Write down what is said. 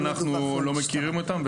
אנחנו לא מכירים אותם,